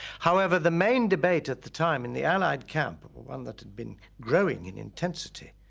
however, the main debate at the time in the allied camp, one that had been growing in intensity,